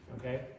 okay